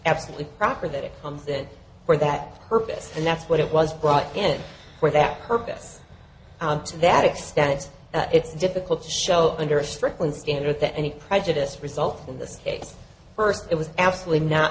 absolutely proper that it comes that for that purpose and that's what it was brought in for that purpose to that extent that it's difficult to show under strickland standard that any prejudice result in this case first it was absolutely not